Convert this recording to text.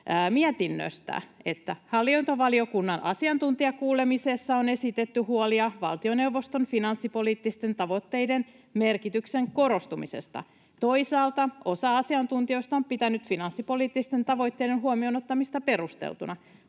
mietinnöstä: ”Hallintovaliokunnan asiantuntijakuulemisessa on esitetty huolia valtioneuvoston finanssipoliittisten tavoitteiden merkityksen korostumisesta. Toisaalta osa asiantuntijoista on pitänyt finanssipoliittisten tavoitteiden huomioon ottamista perusteltuna.